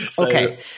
Okay